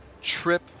trip